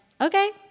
okay